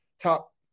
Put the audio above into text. top